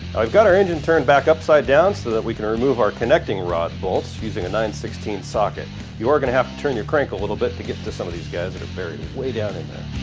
we've got our engine turned back upside down so that we can remove out connecting rod bolts using a nine sixteen socket you're going to have to turn your crank a little bit to get to some of these guys that are buried way down in there.